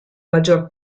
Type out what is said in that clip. maggior